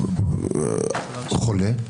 מישהו חולה,